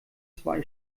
zwei